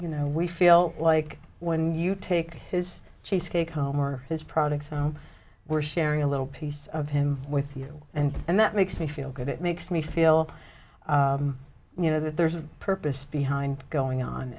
you know we feel like when you take his cheesecake home or his products we're sharing a little piece of him with you and and that makes me feel good it makes me feel you know that there's a purpose behind going on